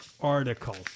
article